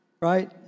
Right